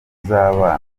kuzabana